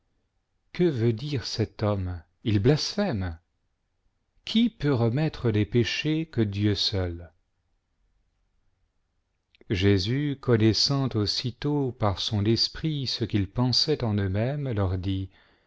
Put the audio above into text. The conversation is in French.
que veut dire cet homme il blasphème qui peut remettre les péchés que dieu seul jésus connaissant aussitôt par son esprit ce qu'ils pensaient en eux-mêmes leur dit